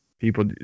People